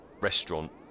restaurant